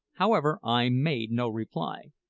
however, i made no reply.